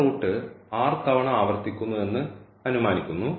എന്ന റൂട്ട് തവണ ആവർത്തിക്കുന്നു എന്ന് അനുമാനിക്കുന്നു